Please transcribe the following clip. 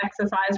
exercise